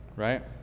Right